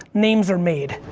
names are made.